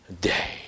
day